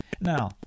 Now